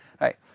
right